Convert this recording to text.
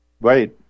Right